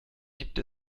gibt